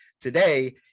Today